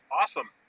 awesome